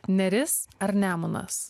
neris ar nemunas